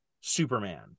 Superman